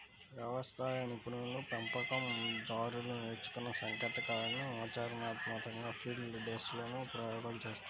వ్యవసాయ నిపుణులు, పెంపకం దారులు నేర్చుకున్న సాంకేతికతలను ఆచరణాత్మకంగా ఫీల్డ్ డేస్ లోనే ప్రయోగాలు చేస్తారు